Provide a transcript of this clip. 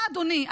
אתה אדוני,